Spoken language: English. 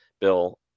Bill